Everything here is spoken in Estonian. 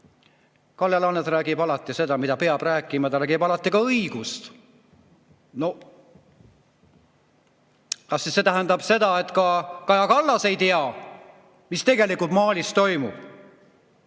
Kalle Laanet räägib alati seda, mida peab rääkima, ta räägib alati õigust. Kas see tähendab seda, et ka Kaja Kallas ei tea, mis tegelikult Malis toimub?